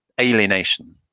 alienation